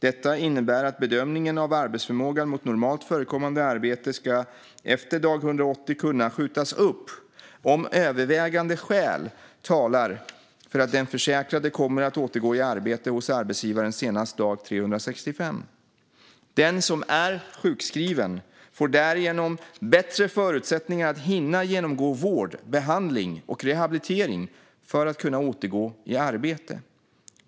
Detta innebär att bedömningen av arbetsförmågan mot normalt förekommande arbete ska efter dag 180 kunna skjutas upp om övervägande skäl talar för att den försäkrade kommer att återgå i arbete hos arbetsgivaren senast dag 365. Den som är sjukskriven får därigenom bättre förutsättningar att hinna genomgå vård, behandling och rehabilitering för att kunna återgå i arbete.